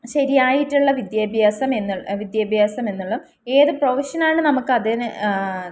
ശരിയായിട്ടുള്ള വിദ്യാഭ്യാസം എന്ന വിദ്യാഭ്യാസം എന്നെല്ലാം ഏത് പ്രൊഫഷനാണ് നമുക്കതിന്